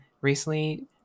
recently